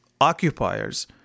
occupiers